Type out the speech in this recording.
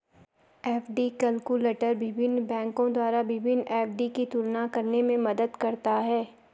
FD calculator विभिन्न बैंकों द्वारा विभिन्न एफ.डी की तुलना करने में मदद करता है